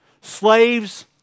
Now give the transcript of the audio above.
slaves